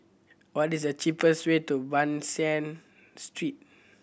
what is the cheapest way to Ban San Street